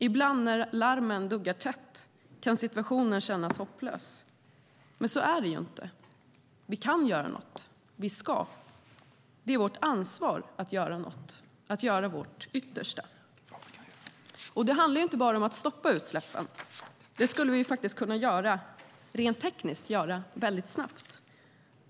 Ibland när larmen duggar tätt kan situationen kännas hopplös. Men så är det inte. Vi kan göra något, och vi ska göra något. Det är vårt ansvar att göra något och att göra vårt yttersta. Det handlar inte bara om att stoppa utsläppen. Det skulle vi faktiskt rent tekniskt kunna göra mycket snabbt.